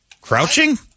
Crouching